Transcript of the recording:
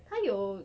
他有